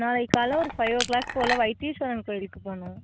நாளைக்கு காலையில் ஒரு ஃபை ஓ கிளாக் போல் வைத்தீஸ்வரன் கோயிலுக்கு போகணும்